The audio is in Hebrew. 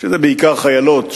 וזה בעיקר חיילות.